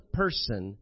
person